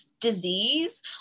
disease